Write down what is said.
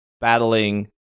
battling